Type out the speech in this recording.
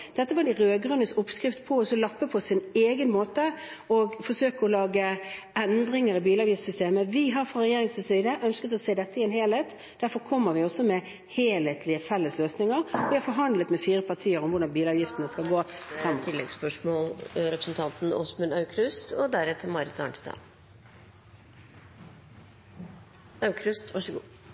var de rød-grønnes oppskrift – å lappe på sin egen måte og forsøke å lage endringer i bilavgiftssystemet. Vi har fra regjeringens side ønsket å se dette i en helhet. Derfor kommer vi med helhetlige, felles løsninger. Vi har forhandlet med fire partier om bilavgiftene.